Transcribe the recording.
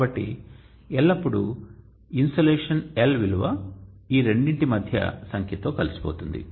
కాబట్టి ఎల్లప్పుడూ insolation L విలువ ఈ రెండింటి మధ్య సంఖ్యతో కలిసిపోతుంది